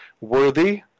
worthy